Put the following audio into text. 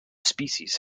species